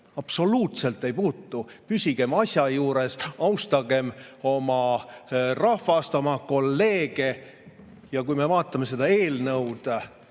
Absoluutselt ei puutu! Püsigem asja juures, austagem oma rahvast, oma kolleege. Kui me vaatame seda eelnõu,